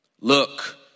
Look